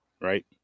right